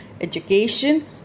education